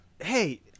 Hey